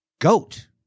Goat